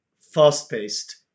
fast-paced